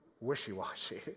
wishy-washy